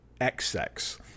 XX